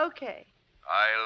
Okay